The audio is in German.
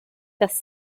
das